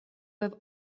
have